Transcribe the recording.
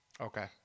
okay